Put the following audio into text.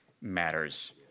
matters